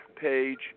page